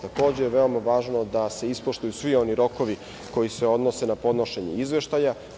Takođe, veoma je važno da se ispoštuju svi oni rokovi koji se odnose na podnošenje izveštaja.